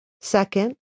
Second